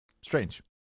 Strange